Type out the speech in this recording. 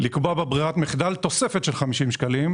לקבוע בברירת המחדל תוספת של 50 שקל,